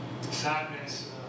sadness